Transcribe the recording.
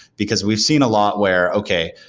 because we've seen a lot where, okay.